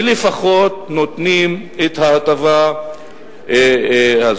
ולפחות נותנים את ההטבה הזאת.